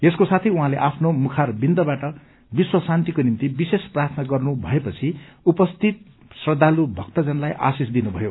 यसको साथै उहाँले आफ्नो मुखारविन्दबाट विश्व शान्तिको निम्ति विशेष प्रार्थना गर्नु भएपछि उपस्थित श्रद्धालु भक्तजनलाई आशिष दिनुभयो